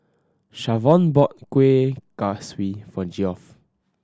Shavonne bought Kuih Kaswi for Geoff